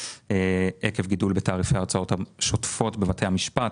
עקב גידול בתעריפי ההוצאות השוטפות בבתי המשפט